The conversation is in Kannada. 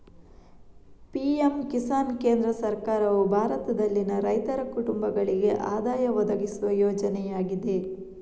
ಪಿ.ಎಂ ಕಿಸಾನ್ ಕೇಂದ್ರ ಸರ್ಕಾರವು ಭಾರತದಲ್ಲಿನ ರೈತರ ಕುಟುಂಬಗಳಿಗೆ ಆದಾಯ ಒದಗಿಸುವ ಯೋಜನೆಯಾಗಿದೆ